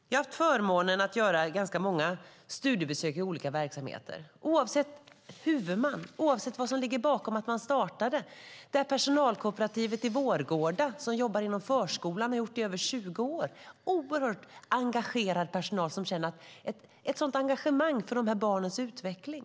Jag har haft förmånen att få göra ganska många studiebesök i olika verksamheter. Personalkooperativet i Vårgårda, som jobbar inom förskolan och har gjort det i över 20 år, har en personal som har ett oerhört starkt engagemang i barnens utveckling.